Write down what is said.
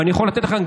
ואני יכול לתת לכם,